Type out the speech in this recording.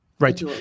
Right